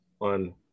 on